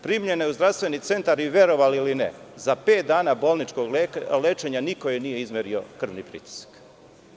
Primljena je u Zdravstveni centar i verovali ili ne, za pet dana bolničkog lečenja niko joj nije izmerio krvni pritisak.